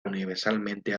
universalmente